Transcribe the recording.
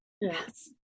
yes